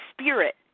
spirit